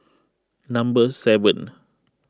number seven